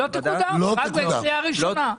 היא תקודם רק לקריאה ראשונה.